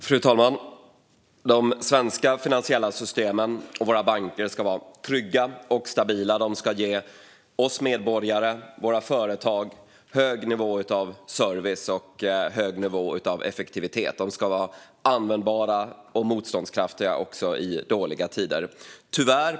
Fru talman! De svenska finansiella systemen och våra banker ska vara trygga och stabila och ge oss medborgare och våra företag hög nivå av service och effektivitet. De ska vara användbara och motståndskraftiga också i dåliga tider.